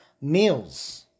meals